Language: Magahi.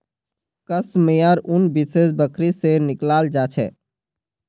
कश मेयर उन विशेष बकरी से निकलाल जा छे